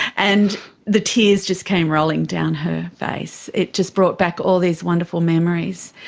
and the tears just came rolling down her face, it just brought back all these wonderful memories.